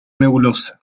nebulosa